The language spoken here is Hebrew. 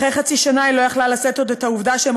אחרי חצי שנה היא לא יכלה לשאת עוד את העובדה שהם